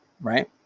right